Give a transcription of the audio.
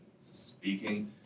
speaking